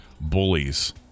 bullies